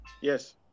yes